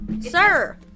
Sir